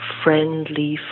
friendly